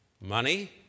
Money